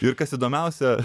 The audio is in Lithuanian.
ir kas įdomiausia